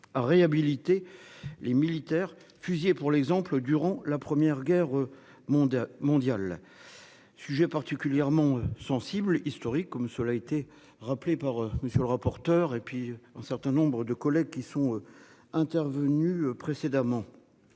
à réhabiliter les militaires fusillés pour l'exemple, durant la première guerre mondiale, mondiale. Sujet particulièrement sensible historiques comme cela été rappelé par monsieur le rapporteur. Et puis un certain nombre de collègues qui sont intervenues précédemment.